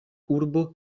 urbo